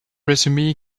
resume